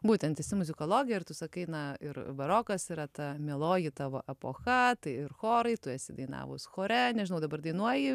būtent esi muzikologė ir tu sakai na ir barokas yra ta mieloji tavo epocha tai ir chorai tu esi dainavus chore nežinau dabar dainuoji